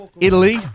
Italy